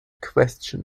question